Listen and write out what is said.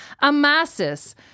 Amasis